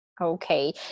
okay